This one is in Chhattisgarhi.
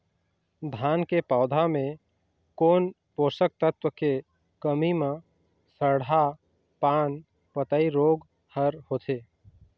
धान के पौधा मे कोन पोषक तत्व के कमी म सड़हा पान पतई रोग हर होथे?